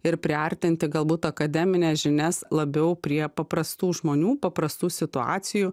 ir priartinti galbūt akademines žinias labiau prie paprastų žmonių paprastų situacijų